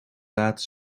laten